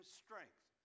strength